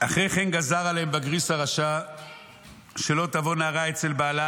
"אחרי כן גזר עליהם בגריס הרשע שלא תבוא נערה אצל בעלה,